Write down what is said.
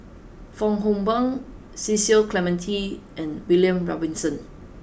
Fong Hoe Beng Cecil Clementi and William Robinson